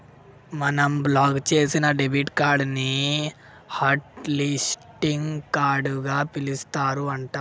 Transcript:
మనం బ్లాక్ చేసిన debit card ని హట్ లిస్టింగ్ కార్డుగా పిలుస్తారు అంట